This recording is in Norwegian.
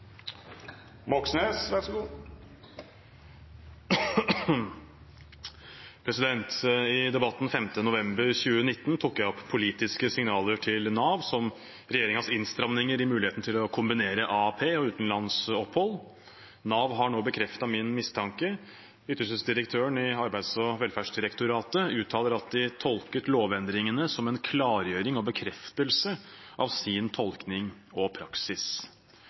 Nav, som regjeringas innstramninger i muligheten til å kombinere AAP og utenlandsopphold. Nav har nå bekreftet min mistanke. Ytelsesdirektøren i Arbeids- og velferdsdirektoratet uttaler at de tolket lovendringene som en klargjøring og bekreftelse av sin tolkning og praksis.